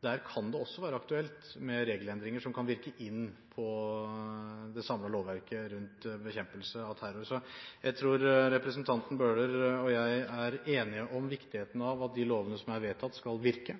Der kan det også være aktuelt med regelendringer som kan virke inn på det samme lovverket rundt bekjempelse av terror. Jeg tror representanten Bøhler og jeg er enige om viktigheten av at de lovene som er vedtatt, skal virke.